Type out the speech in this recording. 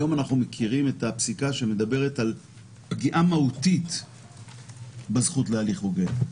היום אנחנו מכירים את הפסיקה שמדברת על פגיעה מהותית בזכות להליך הוגן.